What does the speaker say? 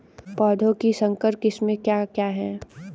पौधों की संकर किस्में क्या क्या हैं?